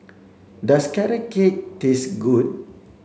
does carrot cake taste good